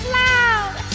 loud